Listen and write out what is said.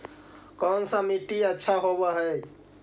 कोन सा मिट्टी अच्छा होबहय?